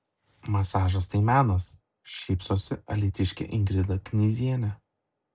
masažas tai menas šypsosi alytiškė ingrida knyzienė